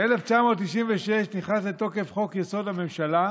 ב-1996 נכנס לתוקף חוק-יסוד: הממשלה,